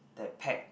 that pack